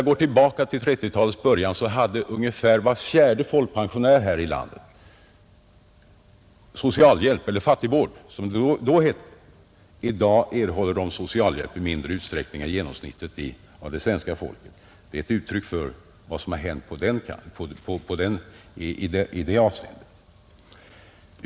Vid 1930-talets början hade ungefär var fjärde folkpensionär här i landet socialhjälp — eller fattigvård, som det då hette. I dag erhåller de socialhjälp i mindre utsträckning än genomsnittet av det svenska folket, Det är ett uttryck för vad som har hänt i det avseendet.